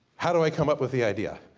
how do i come up with the idea?